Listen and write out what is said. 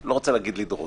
אני לא רוצה להגיד לדרוס,